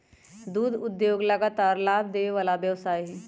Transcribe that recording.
दुध उद्योग लगातार लाभ देबे वला व्यवसाय हइ